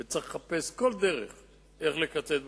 וצריך לחפש כל דרך איך לקצץ בתקציב.